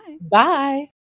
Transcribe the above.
Bye